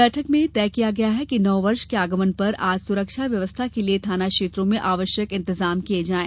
बैठक में तय किया गया कि नववर्ष के आगमन पर आज सुरक्षा व्यवस्था के लिए थाना क्षेत्रों में आवश्यक इंतजाम किये जाएं